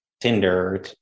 Tinder